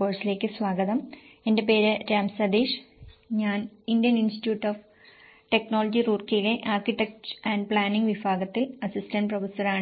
കോഴ്സിലേക്ക് സ്വാഗതം എന്റെ പേര് രാം സതീഷ് ഞാൻ ഇന്ത്യൻ ഇൻസ്റ്റിറ്റ്യൂട്ട് ഓഫ് ടെക്നോളജി റൂർക്കിയിലെ ആർക്കിടെക്ചർ ആന്റ് പ്ലാനിംഗ് വിഭാഗത്തിൽ അസിസ്റ്റന്റ് പ്രൊഫസറാണ്